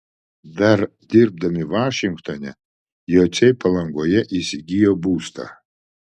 dar dirbdami vašingtone jociai palangoje įsigijo būstą